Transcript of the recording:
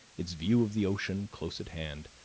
its view of the ocean, close at hand,